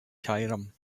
cairum